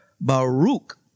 Baruch